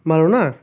ভালো না